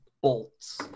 bolts